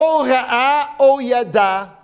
‫או ראה או ידע.